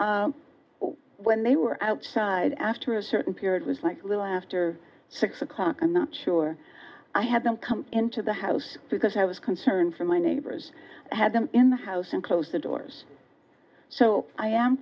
when they were outside after a certain period was like a little after six o'clock i'm not sure i hadn't come into the house because i was concerned for my neighbors had been in the house and closed the doors so i am